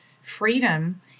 freedom